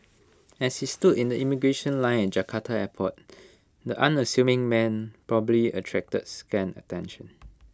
as he stood in the immigration line at Jakarta airport the unassuming man probably attracted scant attention